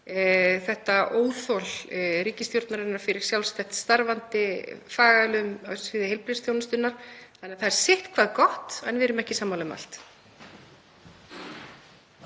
þetta óþol ríkisstjórnarinnar fyrir sjálfstætt starfandi fagaðilum á sviði heilbrigðisþjónustunnar. Þannig að það er sitthvað gott en við erum ekki sammála um allt.